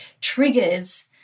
triggers